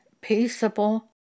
peaceable